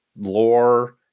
lore